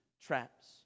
traps